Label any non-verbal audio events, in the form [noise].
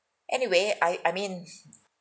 anyway I I mean [breath]